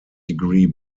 degree